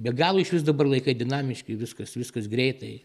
be galo išvis dabar laikai dinamiški viskas viskas greitai